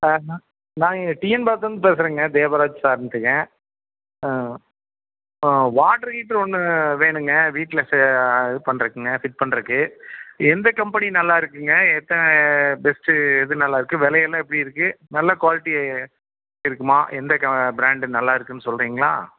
sir நான் நான் இங்கே டிஎன் பாளையத்லேருந்து பேசுறேன்ங்க தேவராஜ் சார்னுட்டுங்க வாட்டர் ஹீட்டர் ஒன்று வேணும்ங்க வீட்டில் இது பண்ணுறக்குங்க ஃபிட் பண்ணுறக்கு எந்த கம்பெனி நல்லா இருக்குங்க எந்த பெஸ்ட் எது நல்லா இருக்கு வேலையெல்லா எப்படி இருக்கு நல்லா குவாலிட்டி இருக்குமா எந்த க பிராண்ட் நல்லா இருக்குன்னு சொல்லுறீங்களா